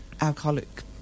alcoholic